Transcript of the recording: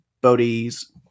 Bodies